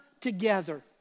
Together